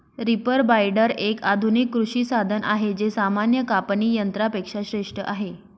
reaper binder, एक आधुनिक कृषी साधन आहे जे सामान्य कापणी यंत्रा पेक्षा श्रेष्ठ आहे